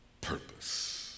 purpose